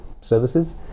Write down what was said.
services